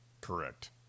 Correct